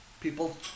People